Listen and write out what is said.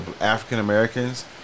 African-Americans